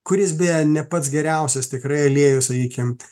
kuris beje pats geriausias tikrai aliejus sakykim